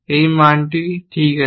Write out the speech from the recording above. এই মানটি ঠিক আছে